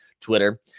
Twitter